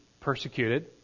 persecuted